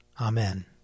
Amen